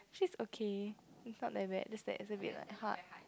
cheese okay it's not very bad just that a bit like hard